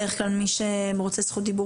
זה מופע תרבות.